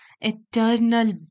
eternal